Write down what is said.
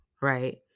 right